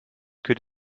could